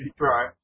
Right